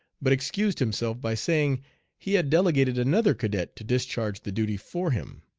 but excused himself by saying he had delegated another cadet to discharge the duty for him.